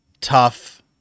tough